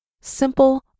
simple